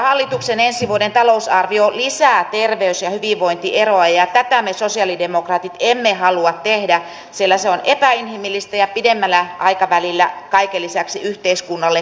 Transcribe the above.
hallituksen ensi vuoden talousarvio lisää terveys ja hyvinvointieroja ja tätä me sosialidemokraatit emme halua sillä se on epäinhimillistä ja pidemmällä aikavälillä kaiken lisäksi yhteiskunnalle kallista